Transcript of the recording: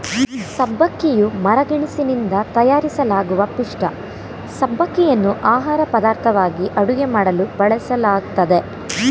ಸಬ್ಬಕ್ಕಿಯು ಮರಗೆಣಸಿನಿಂದ ತಯಾರಿಸಲಾಗುವ ಪಿಷ್ಠ ಸಬ್ಬಕ್ಕಿಯನ್ನು ಆಹಾರಪದಾರ್ಥವಾಗಿ ಅಡುಗೆ ಮಾಡಲು ಬಳಸಲಾಗ್ತದೆ